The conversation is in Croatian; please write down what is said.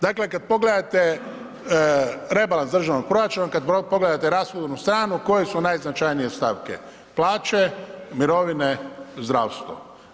Dakle, kad pogledate rebalans državnog proračuna, kad pogledate rashodovnu stranu koje su najznačajnije stavke plaće, mirovine, zdravstvo.